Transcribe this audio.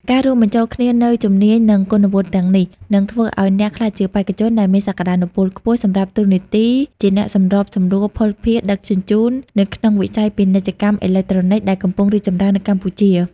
ការរួមបញ្ចូលគ្នានូវជំនាញ និងគុណវុឌ្ឍិទាំងនេះ នឹងធ្វើឱ្យអ្នកក្លាយជាបេក្ខជនដែលមានសក្តានុពលខ្ពស់សម្រាប់តួនាទីជាអ្នកសម្របសម្រួលភស្តុភារដឹកជញ្ជូននៅក្នុងវិស័យ ពាណិជ្ជកម្មអេឡិចត្រូនិក ដែលកំពុងរីកចម្រើននៅកម្ពុជា។